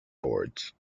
boards